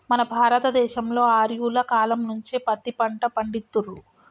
మన భారత దేశంలో ఆర్యుల కాలం నుంచే పత్తి పంట పండిత్తుర్రు